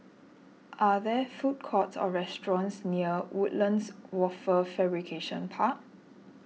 are there food courts or restaurants near Woodlands Wafer Fabrication Park